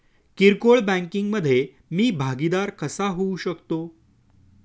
किरकोळ बँकिंग मधे मी भागीदार कसा होऊ शकतो?